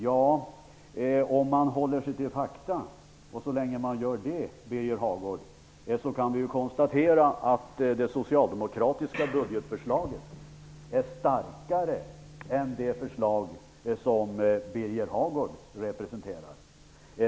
Ja, men så länge man håller sig till fakta, Birger Hagård, kan man konstatera att det socialdemokratiska budgetförslaget är starkare än det förslag som Birger Hagård representerar.